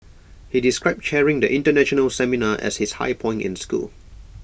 he described chairing the International seminar as his high point in school